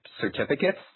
certificates